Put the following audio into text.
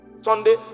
Sunday